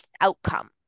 outcome